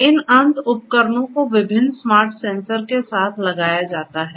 इन अंत उपकरणों को विभिन्न स्मार्ट सेंसर के साथ लगाया जाता है